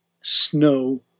snow